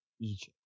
Egypt